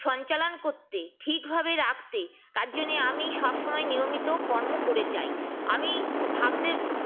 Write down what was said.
সঞ্চালন করতে ঠিকভাবে রাখতে তার জন্য আমি সবসময় নিয়মিত কর্ম করে যাই আমি ভাবতে